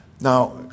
Now